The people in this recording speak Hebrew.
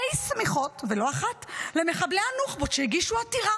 שמיכות ולא אחת למחבלי הנוח'בות שהגישו עתירה.